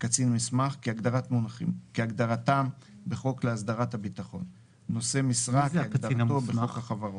"קצין מוסמך" כהגדרתם בחוק להסדרת הביטחון;" מי זה הקצין המוסמך?